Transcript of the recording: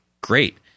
Great